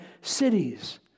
cities